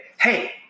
Hey